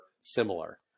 similar